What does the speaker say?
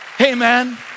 Amen